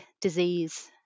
disease